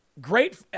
Great